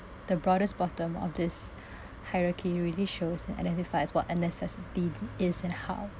the broadest bottom of this hierarchy really shows and identifies what a necessity is and how